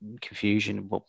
confusion